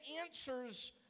answers